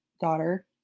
daughter